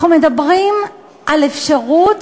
אנחנו מדברים על האפשרות